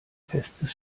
festes